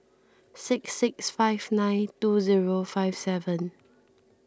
six six five nine two zero five seven